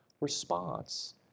response